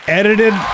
edited